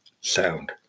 sound